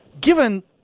given